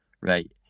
right